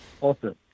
Awesome